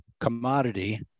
commodity